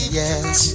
yes